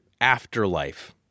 afterlife